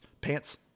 pants